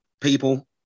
people